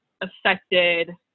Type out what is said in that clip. affected